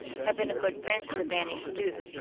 had been a good friend to the banished duke,